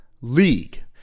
League